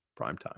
Primetime